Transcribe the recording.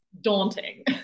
daunting